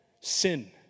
sin